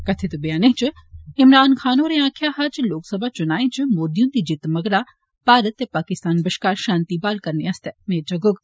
कथित बयानै च इमरान खान होरें आक्खेआ हा जे लोकसभा चुनाएं इच मोदी हुंदी जित्त मगरा भारत ते पाकिस्तान बश्कार शांति बहाल करने आस्तै मेद जगोग